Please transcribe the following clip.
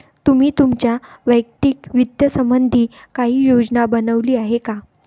तुम्ही तुमच्या वैयक्तिक वित्त संबंधी काही योजना बनवली आहे का?